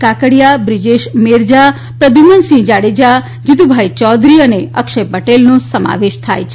કાકડીથા બ્રિજેશ મેરજા પ્રધ્યુમ્નસિંહ જાડેજા જીતુભાઇ યૌધરી અને અક્ષય પટેલનો સમાવેશ થાય છે